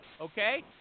okay